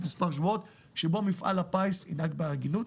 מספר שבועות שבו מפעל הפיס ינהג בהגינות,